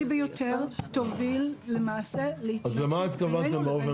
ביותר" תוביל למעשה להתנגשות בינינו לבין הגופים